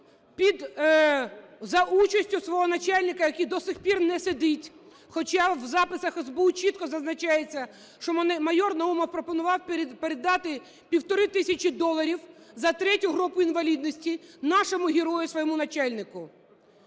за участю свого начальника, який до сих пір не сидить, хоча в записах СБУ чітко зазначається, що майор Наумов пропонував передати півтори тисячі доларів за ІІІ групу інвалідності нашому герою своєму начальнику.